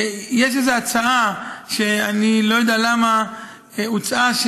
יש איזו הצעה שאני לא יודע למה הוצעה,